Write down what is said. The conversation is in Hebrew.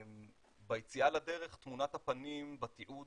שביציאה לדרך תמונת הפנים בתיעוד